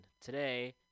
today